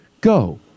Go